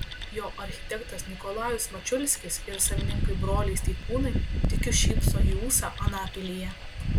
jo architektas nikolajus mačiulskis ir savininkai broliai steikūnai tikiu šypso į ūsą anapilyje